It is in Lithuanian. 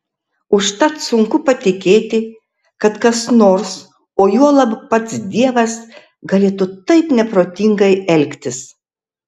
užtat sunku patikėti kad kas nors o juolab pats dievas galėtų taip neprotingai elgtis